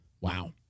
Wow